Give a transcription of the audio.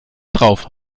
drauf